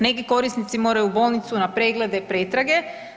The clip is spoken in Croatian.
Neki korisnici moraju u bolnicu na preglede i pretrage.